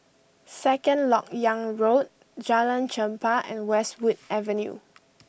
Second Lok Yang Road Jalan Chempah and Westwood Avenue